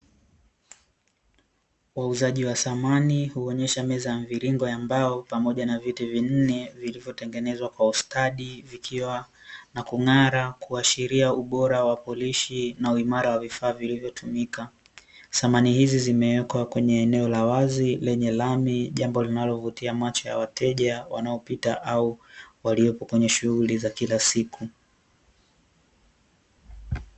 Wauzaji wa samani, huonyesha meza ya mviringo ya mbao pamoja na viti vinne vilivyotengenezwa kwa ustadi zikiwa na kung'ara, kuashiria ubora wa polishi na uimara wa vifaa vilivyotumika, samani hizi zimewekwa kwenye eneo la wazi lenye lami jambo linalovutia macho ya wateja wanaopita au walioko kwenye shughuli za kila siku.